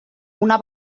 una